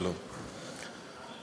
שלום,